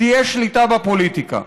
תהיה שליטה בפוליטיקה.